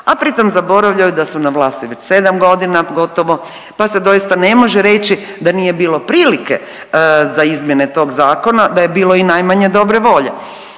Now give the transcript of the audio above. a pritom zaboravljaju da su na vlasti već 7 godina gotovo pa se doista ne može reći da nije bilo prilike za izmjene tog zakona, da je bilo i najmanje dobre volje.